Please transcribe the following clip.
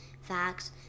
facts